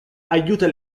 aiuta